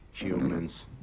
humans